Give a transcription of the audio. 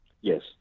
Yes